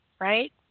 right